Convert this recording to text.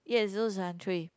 yes those